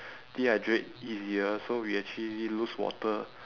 dehydrate easier so we actually lose water